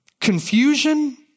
Confusion